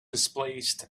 misplaced